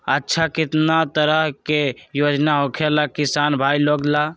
अच्छा कितना तरह के योजना होखेला किसान भाई लोग ला?